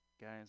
guys